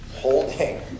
holding